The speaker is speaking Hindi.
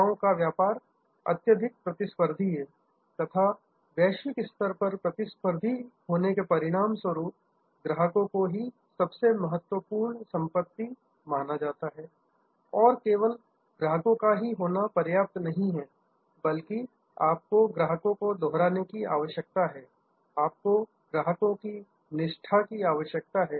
सेवाओं का व्यापार अत्यधिक हाइपर प्रतिस्पर्धी है तथा वैश्विक स्तर पर प्रतिस्पर्धी होने के परिणाम स्वरूप ग्राहकों को ही सबसे महत्वपूर्ण संपत्ति माना जाता है और केवल ग्राहकों का होना ही पर्याप्त नहीं है बल्कि आपको ग्राहकों को दोहराने की आवश्यकता है आपको ग्राहकों की निष्ठालॉयल्टी की आवश्यकता है